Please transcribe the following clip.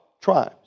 tribes